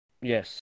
Yes